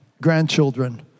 grandchildren